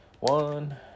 One